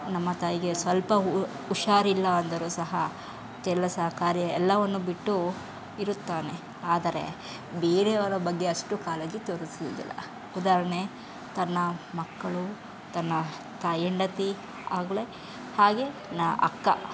ನಮ್ಮ ತಾಯಿಗೆ ಸ್ವಲ್ಪ ಹುಷಾರಿಲ್ಲ ಅಂದರೂ ಸಹ ಎಲ್ಲ ಸಕಾರ್ಯ ಎಲ್ಲವನ್ನು ಬಿಟ್ಟು ಇರುತ್ತಾನೆ ಆದರೆ ಬೇರೆಯವರ ಬಗ್ಗೆ ಅಷ್ಟು ಕಾಳಜಿ ತೋರಿಸುವುದಿಲ್ಲ ಉದಾಹರಣೆ ತನ್ನ ಮಕ್ಕಳು ತನ್ನ ತಾ ಹೆಂಡತಿ ಆಮೇಲೆ ಹಾಗೆ ನಾನು ಅಕ್ಕ